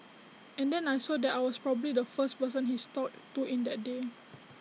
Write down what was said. and then I saw that I was probably the first person he's talked to in that day